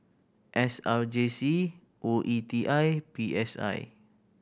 S R J C O E T I and P S I